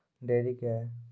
Dairy क्या हैं?